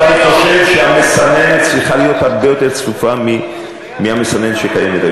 אבל אני חושב שהמסננת צריכה להיות הרבה יותר צפופה מהמסננת שקיימת היום.